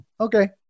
okay